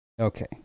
Okay